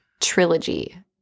trilogy